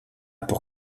pour